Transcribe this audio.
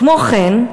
כמו כן,